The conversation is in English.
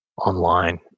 online